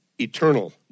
eternal